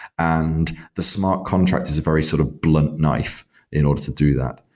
and the smart contracts is a very sort of blunt knife in order to do that.